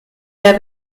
der